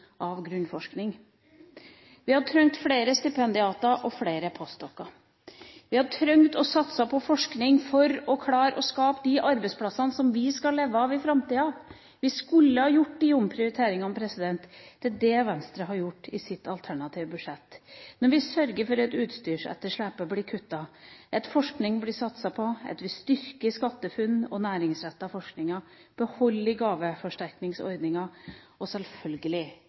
grunnforskning. Vi hadde trengt flere stipendiater og flere post. doc.-stillinger. Vi hadde trengt å satse på forskning for å klare å skape de arbeidsplassene som vi skal leve av i framtida. Vi skulle ha gjort de omprioriteringene. Det er det Venstre har gjort i sitt alternative budsjett, når vi sørger for at utstyrsetterslepet blir kuttet, at det blir satset på forskning, at vi styrker SkatteFUNN og næringsretter forskningen, beholder gaveforsterkningsordningen og selvfølgelig